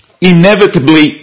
inevitably